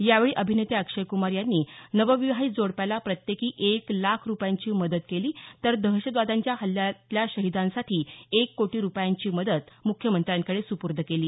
यावेळी अभिनेते अक्षयक्रमार यांनी नवविवाहित जोडप्याला प्रत्येकी एक लाख रूपयांची मदत केली तर दहशतवाद्यांच्या हल्ल्याल्या शहिदांसाठी एक कोटी रूपयांची मदत ही त्याने मुख्यमंत्र्याकडे दिली